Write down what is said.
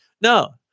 No